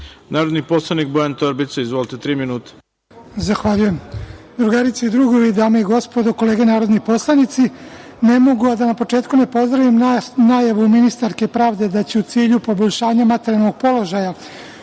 Narodni poslanik Bojan Torbica, izvolite, tri minuta. **Bojan Torbica** Zahvaljujem. Drugarice i drugovi, dame i gospodo, kolege narodni poslanici ne mogu, a da na početku ne pozdravim najavu ministarke pravde da će u cilju poboljšanja materijalnog položaja